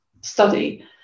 study